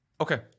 Okay